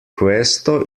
questo